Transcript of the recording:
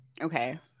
okay